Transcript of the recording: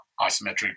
isometric